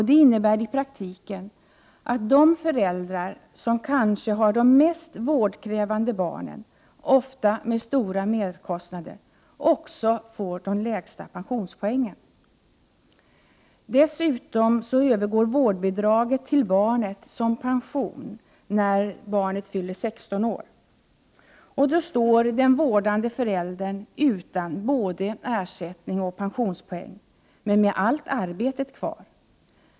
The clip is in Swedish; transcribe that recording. Det innebär i praktiken att de föräldrar som kanske har de mest vårdkrävande barnen, ofta med stora merkostnader, också får de lägsta pensionspoängen. Dessutom övergår vårdbidraget som pension till barnet när det fyller 16 år. Då står den vårdande föräldern utan såväl ersättning som pensionspoäng, men med allt arbete kvar.